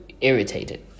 irritated